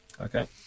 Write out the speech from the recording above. Okay